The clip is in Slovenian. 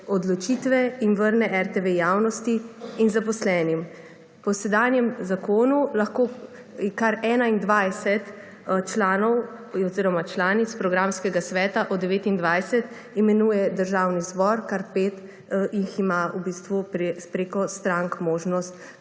odločitve ter vrne RTV javnosti in zaposlenim. Po sedanjem zakonu lahko kar 21 članov oziroma članic programskega sveta od 29 imenuje Državni zbor, kar 5 jih ima v bistvu prek strank možnost